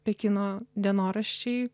pekino dienoraščiai